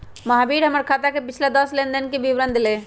महावीर हमर खाता के पिछला दस लेनदेन के विवरण के विवरण देलय